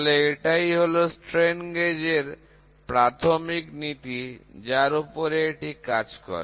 তাহলে এটাই হলো স্ট্রেন গেজ এর প্রাথমিক নীতি যার উপরে এটি কাজ করে